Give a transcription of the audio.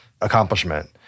accomplishment